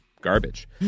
garbage